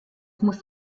muss